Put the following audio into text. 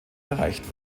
erreicht